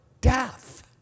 death